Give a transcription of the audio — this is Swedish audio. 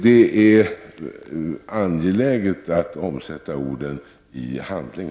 Det är angeläget att omsätta orden i handling.